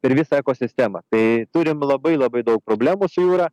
per visą ekosistemą tai turim labai labai daug problemų su jūra